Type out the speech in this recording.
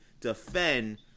defend